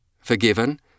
Forgiven